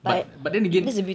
but but then again